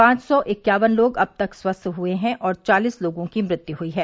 पांच सौ इक्यावन लोग अब तक स्वस्थ हुए हैं और चालीस लोगों की मृत्यु हुई है